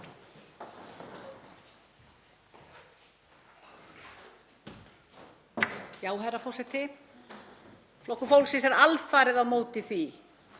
Herra forseti. Flokkur fólksins er alfarið á móti því